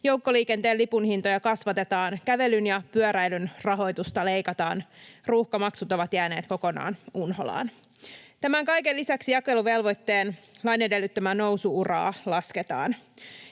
joukkoliikenteen lipunhintoja kasvatetaan, kävelyn ja pyöräilyn rahoitusta leikataan, ruuhkamaksut ovat jääneet kokonaan unholaan. Tämän kaiken lisäksi jakeluvelvoitteen lain edellyttämää nousu-uraa lasketaan.